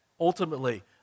ultimately